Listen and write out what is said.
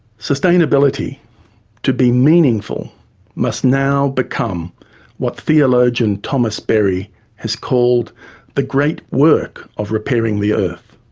sustainability to be meaningful must now become what theologian thomas berry has called the great work of repairing the earth.